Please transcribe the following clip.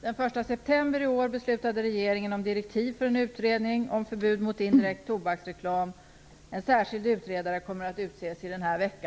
Den 1 september i år beslutade regeringen om direktiv för en utredning om förbud mot indirekt tobaksreklam. En särskild utredare kommer att utses denna vecka.